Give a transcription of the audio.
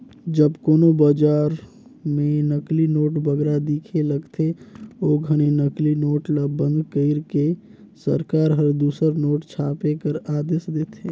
जब कोनो बजार में नकली नोट बगरा दिखे लगथे, ओ घनी नकली नोट ल बंद कइर के सरकार हर दूसर नोट छापे कर आदेस देथे